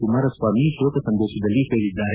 ಕುಮಾರಸ್ವಾಮಿ ಶೋಕ ಸಂದೇಶದಲ್ಲಿ ಹೇಳಿದ್ದಾರೆ